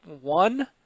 one